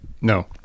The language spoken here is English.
No